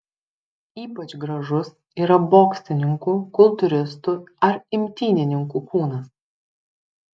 ypač gražus yra boksininkų kultūristų ar imtynininkų kūnas